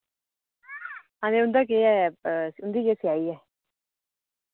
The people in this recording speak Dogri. हां ते उं'दा केह् ऐ उं'दी केह् सेआई ऐ